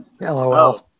LOL